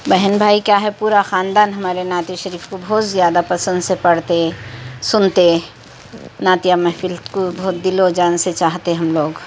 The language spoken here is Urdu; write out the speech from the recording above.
بہن بھائی کیا ہے پورا خاندان ہمارے نعتِ شریف کو بہت زیادہ پسند سے پڑھتے سنتے نعتیہ محفل کو بہت دل و جان سے چاہتے ہم لوگ